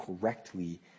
correctly